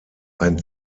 ein